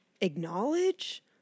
acknowledge